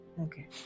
okay